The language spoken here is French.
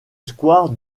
square